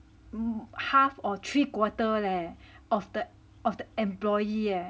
mm half or three quarter leh of the of the employee leh